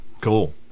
Cool